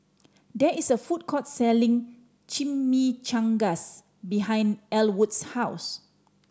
there is a food court selling Chimichangas behind Elwood's house